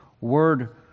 word